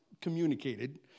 communicated